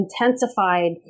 intensified